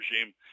regime